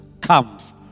comes